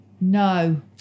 No